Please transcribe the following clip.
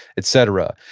et cetera.